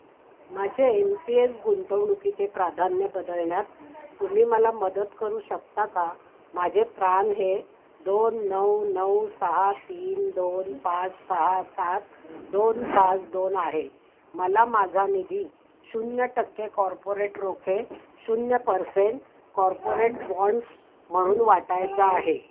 माझ्या N P S गुंतवणुकीचे प्राधान्य बदलण्यात तुम्ही मला मदत करू शकता का माझे प्रान हे दोन नऊ नऊ सहा तीन दोन पाच सहा सात दोन पाच दोन आहे मला माझा निधी शून्य टक्के कॉर्पोरेट रोखे शून्य पर्सेंट कॉर्पोरेट बॉन्ड्स म्हणून वाटायचा आहे